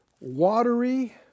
watery